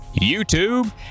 YouTube